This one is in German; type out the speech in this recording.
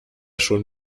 schon